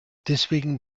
deswegen